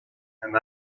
and